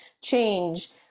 change